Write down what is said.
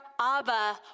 Abba